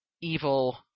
evil